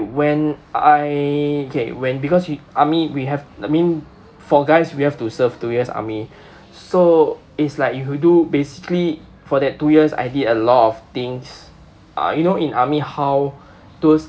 when I okay when because we army we have I mean for guys we have to serve two years army so it's like you who do basically for that two years I did a lot of things uh you know in army how towards